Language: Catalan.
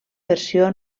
versió